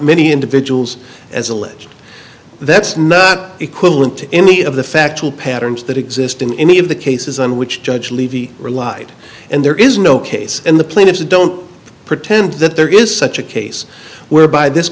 many individuals as alleged that's not equivalent to any of the factual patterns that exist in any of the cases on which judge leavy relied and there is no case in the plaintiffs don't pretend that there is such a case where by this